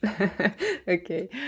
okay